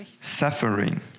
suffering